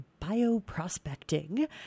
bioprospecting